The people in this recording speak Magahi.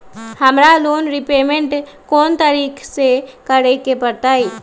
हमरा लोन रीपेमेंट कोन तारीख के करे के परतई?